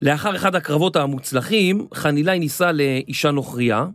לאחר אחד הקרבות המוצלחים, חנילאי נישא לאישה נוכריה.